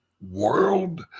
world